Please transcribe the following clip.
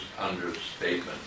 understatement